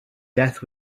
death